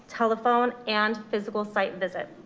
telephone, and physical site visit.